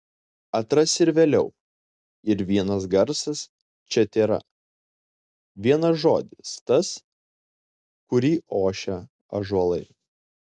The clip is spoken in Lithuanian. atras ir vėliau ir vienas garsas čia tėra vienas žodis tas kurį ošia ąžuolai